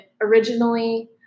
originally